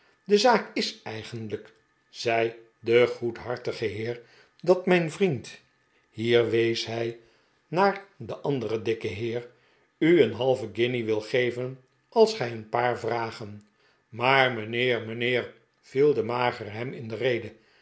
de zaak is eigenlijk zei de goedharti ge heer dat mijn vriend hier wees hij naar den anderen dikken heer u een halve guinje wil geven als gij een paar vragen maar mijnheer mijnheer viel de ma i gere hem in de rede